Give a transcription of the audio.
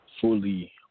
fully